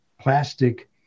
plastic